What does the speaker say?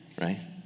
right